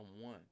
one